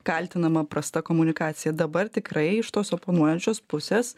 kaltinama prasta komunikacija dabar tikrai iš tos oponuojančios pusės